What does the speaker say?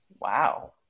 Wow